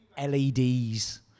LEDs